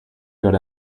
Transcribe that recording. good